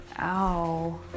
ow